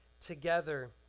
together